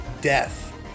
death